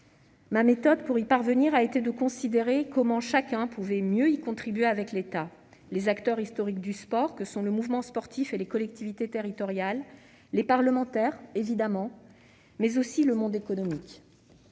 Ma méthode pour y parvenir a été de considérer comment, au côté de l'État, chacun pourrait mieux y contribuer : les acteurs historiques du sport que sont le mouvement sportif et les collectivités territoriales, les parlementaires, évidemment, mais aussi le monde économique.